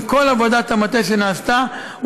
עם כל עבודת המטה שנעשתה,